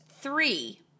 three